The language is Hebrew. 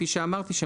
כפי שאמרתי,